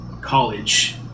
college